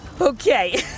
Okay